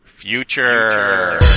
future